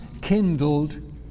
kindled